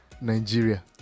Nigeria